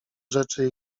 rzeczy